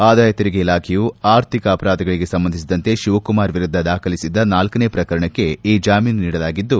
ಆದಾಯ ತೆರಿಗೆ ಇಲಾಖೆಯೂ ಅರ್ಥಿಕ ಅಪರಾಧಗಳಿಗೆ ಸಂಬಂಧಿಸಿದಂತೆ ಶಿವಕುಮಾರ್ ವಿರುದ್ದ ದಾಖಲಿಸಿದ್ದ ನಾಲ್ಲನೇ ಪ್ರಕರಣಕ್ಕೆ ಈ ಜಾಮೀನು ನೀಡಲಾಗಿದ್ದು